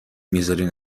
میذارین